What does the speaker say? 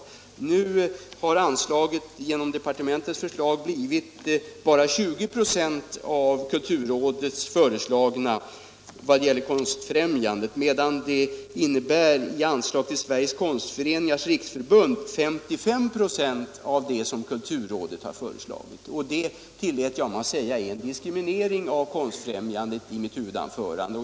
Anslaget till Konstfrämjandet har enligt departementets förslag blivit bara 20 96 av det av kulturrådet föreslagna, medan departementets förslag i vad gäller anslag till Sveriges konstföreningars riksförbund innebär 55 96 av det som kulturrådet föreslagit. Det tillät jag mig i mitt huvudanförande kalla en diskriminering av Konstfrämjandet.